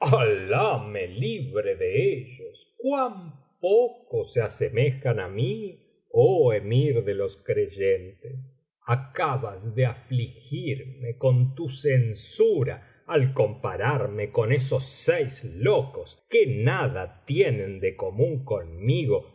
me libre de ellos cuan poco se asemejan á mí oh emir de los creyentes acabas de afligirme con tu censura al compararme con esos seis locos que nada tienen de común conmigo